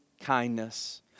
kindness